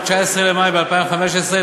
ב-19 במאי 2015,